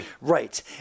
right